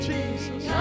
Jesus